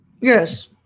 Yes